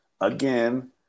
Again